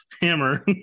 hammer